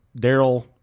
Daryl